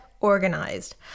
organized